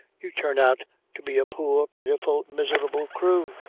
you turn out to be a poor, pitiful, miserable crew,